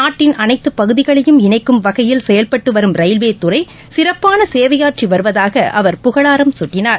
நாட்டின் அனைத்துப் பகுதிகளையும் இணைக்கும் வகையில் செயல்பட்டு வரும் ரயில்வேத்துறை சிறப்பான சேவையாற்றி வருவதாக அவர் புகழாரம் குட்டினார்